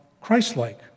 Christ-like